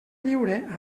lliure